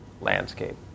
landscape